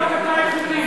רק אתה איכותי,